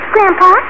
Grandpa